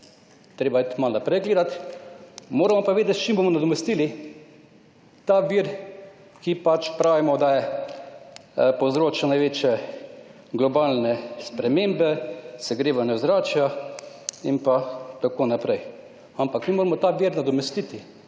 treba je tudi malo naprej gledat. Moramo pa vedet, s čim bomo nadomestili ta vir, ki pač pravimo, povzroča največje globalne spremembe, segrevanje ozračja in pa tako naprej. Ampak mi moramo ta vir nadomestiti,